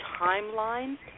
timeline